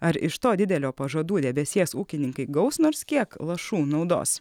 ar iš to didelio pažadų debesies ūkininkai gaus nors kiek lašų naudos